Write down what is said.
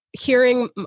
hearing